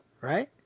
right